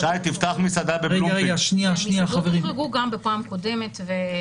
כי המסעדות הוחרגו גם בפעם קודמת.